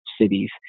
cities